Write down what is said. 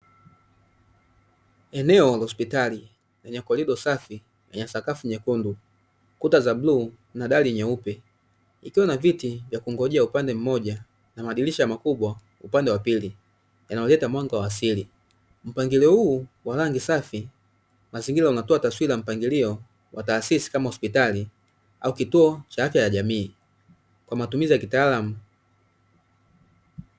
Eneo la hospitali lenye korido safi ya sakafu nyekundu, kuta za bluu na dari nyeupe, ikiwa na viti vya kungojea upande mmoja na madirisha makubwa upande wa pili yanayoleta mwanga wa asili. Mpangilio huu wa rangi safi ya mazingira unatoa taswira mpangilio wa taasisi kama hospitali au cha afya ya jamii kwa matumizi ya kitaalamu.